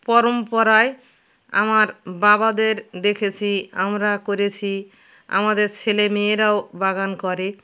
পরম্পরায় আমার বাবাদের দেখেছি আমরা করেছি আমাদের ছেলে মেয়েরাও বাগান করে